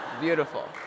beautiful